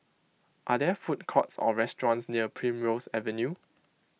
are there food courts or restaurants near Primrose Avenue